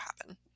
happen